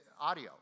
audio